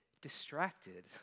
distracted